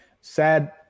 Sad